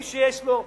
מי שיש לו,